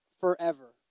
forever